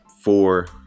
four